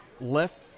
left